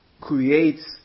creates